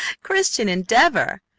christian endeavor!